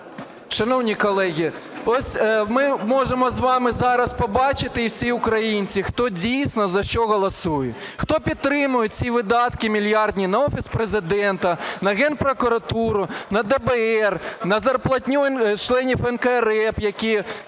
Шановні колеги, ми можемо з вами зараз побачити, і всі українці, хто дійсно за що голосує. Хто підтримує ці видатки мільярдні на Офіс Президента, на Генпрокуратуру, на ДБР, на зарплатню членів НКРЕ, які